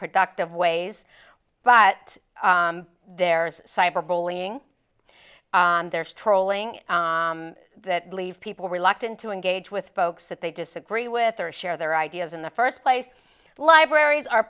productive ways but there's cyberbullying there strolling that leaves people reluctant to engage with folks that they disagree with or share their ideas in the first place libraries are